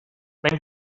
ven